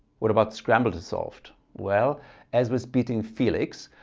what about scramble to solved? well as with beating feliks,